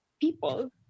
people